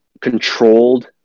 controlled